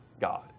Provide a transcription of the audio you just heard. God